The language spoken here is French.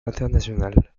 internationale